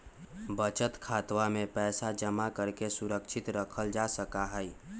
बचत खातवा में पैसवा जमा करके सुरक्षित रखल जा सका हई